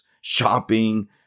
shopping